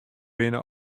binne